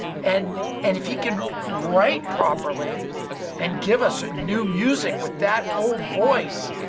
and and if he can write properly and give us new music with that old voice,